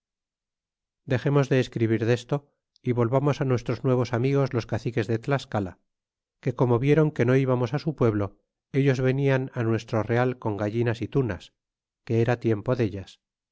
dexemos de escribir desto y volvamos nuestros nuevos amigos los caciques de tlascala que como vidron que no íbamos su pueblo ellos venian nuestro real con gallinas y tunas que era tiempo dellas